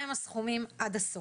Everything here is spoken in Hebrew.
מהם הסכומים עד הסוף?